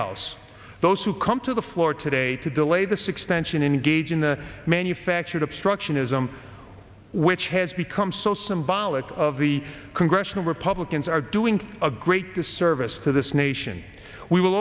house those who come to the floor today to delay this extension engage in the manufactured obstructionism which has become so symbolic of the congressional republicans are doing a great disservice to this nation we will